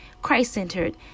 christ-centered